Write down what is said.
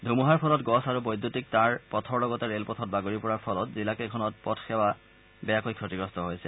ধুমুহাৰ ফলত গছ আৰু বৈদ্যুতিক তাঁৰ পথৰ লগতে ৰেলপথত বাগৰি পৰাৰ ফলত জিলা কেইখনত পথ সেৱা বেয়াকৈ ক্ষতিগ্ৰস্ত হৈছে